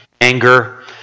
anger